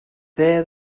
there